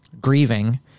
grieving